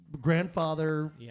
grandfather